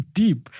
deep